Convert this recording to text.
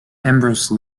ambrose